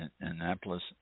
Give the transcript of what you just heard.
Annapolis